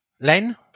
Len